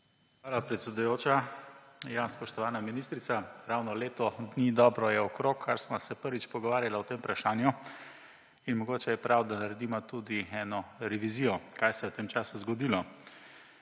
Hvala, predsedujoča. Spoštovana ministrica! Ravno leto dni dobro je okoli, kar sva se prvič pogovarjala o tem vprašanju in mogoče je prav, da narediva tudi eno revizijo, kaj se je v tem času zgodilo